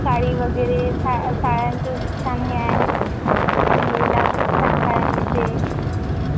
साडी वगैरे सा साड्यांचं छान हे आहे मुंबईला खूप छान साड्या मिळते